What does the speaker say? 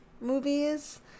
movies